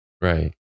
right